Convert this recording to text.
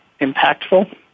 impactful